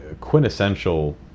quintessential